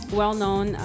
well-known